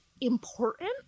important